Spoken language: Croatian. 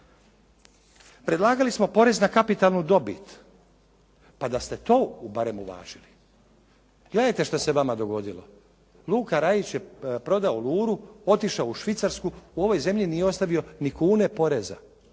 Predlagali smo porez na kapitalnu dobit, pa da ste to barem uvažili. Gledajte što se vama dogodilo. Luka Rajić je prodao Luru, otišao u Švicarsku, u ovoj zemlji nije ostavio ni kune poreza,